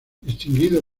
distinguido